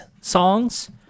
songs